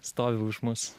stovi už mus